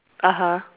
(uh huh)